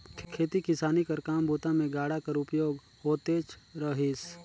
खेती किसानी कर काम बूता मे गाड़ा कर उपयोग होतेच रहिस